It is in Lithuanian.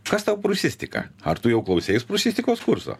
kas tau prūsistika ar tu jau klauseis prūsistikos kurso